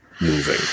moving